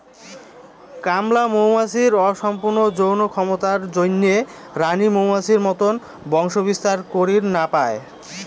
কামলা মৌমাছির অসম্পূর্ণ যৌন ক্ষমতার জইন্যে রাণী মৌমাছির মতন বংশবিস্তার করির না পায়